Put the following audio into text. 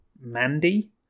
Mandy